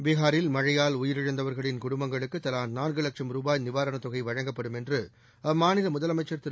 பிகாரில் மழையால் உயிரிழந்தவர்களின் குடும்பங்களுக்கு தவா நான்கு வட்சும் ரூபாய் நிவாரணத் தொகை வழங்கப்படும் என்று அம்மாநில முதலமைச்சர் திரு